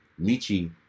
Michi